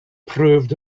proved